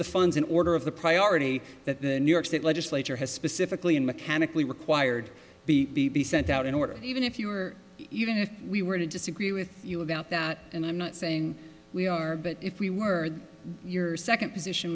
the funds in order of the priority that the new york state legislature has specifically in mechanically required be sent out in order even if you were even if we were to disagree with you about that and i'm not saying we are but if we were your second position